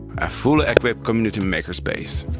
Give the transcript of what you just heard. a fully-equipped community makerspace.